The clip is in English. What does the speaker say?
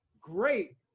great